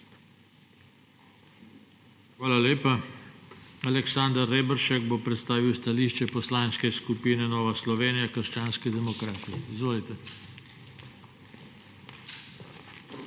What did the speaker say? Hvala lepa. Mihael Prevc bo predstavil stališče Poslanske skupine Nova Slovenija – krščanski demokrati. Izvolite.